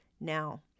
now